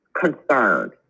concerned